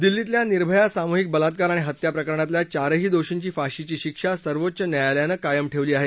दिल्लीतल्या निर्भया सामूहिक बलात्कार आणि हत्या प्रकरणातल्या चारही दोषींची फाशीची शिक्षा सर्वोच्च न्यायालयानं कायम ठेवली आहे